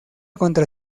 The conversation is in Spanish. contra